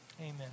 Amen